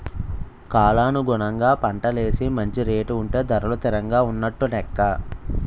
కాలానుగుణంగా పంటలేసి మంచి రేటు ఉంటే ధరలు తిరంగా ఉన్నట్టు నెక్క